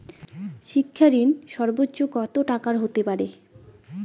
শিক্ষা ঋণ সর্বোচ্চ কত টাকার হতে পারে?